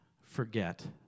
forget